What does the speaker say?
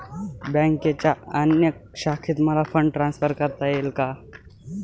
बँकेच्या अन्य शाखेत मला फंड ट्रान्सफर करता येईल का?